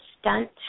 stunt